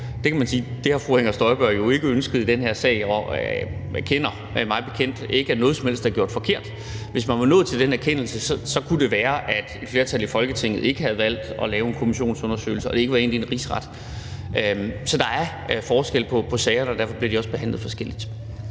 Der kan man sige, at det har fru Inger Støjberg jo ikke ønsket i den her sag, og hun erkender mig bekendt ikke at have gjort noget som helst forkert. Hvis man var nået til den erkendelse, kunne det være, at et flertal i Folketinget ikke havde valgt at lave en kommissionsundersøgelse, og at vi ikke var endt i en rigsretssag. Så der er forskel på sagerne, og derfor bliver de også behandlet forskelligt.